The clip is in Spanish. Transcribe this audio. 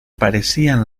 parecían